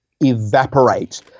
evaporate